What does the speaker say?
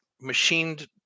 machined